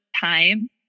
time